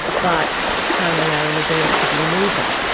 but can't allow anything else to be near them.